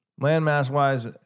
Landmass-wise